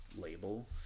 label